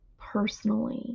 personally